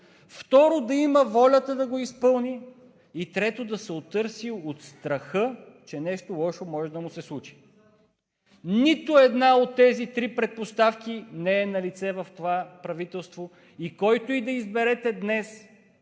второ, да има волята да го изпълни, и, трето, да се отърси от страха, че нещо лошо може да му се случи. Нито една от тези три предпоставки не е налице в това правителство и който и да изберете днес